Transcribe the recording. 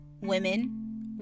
women